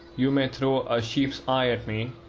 you may throw a sheep's eye at me,